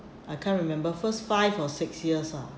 I can't remember first five or six years lah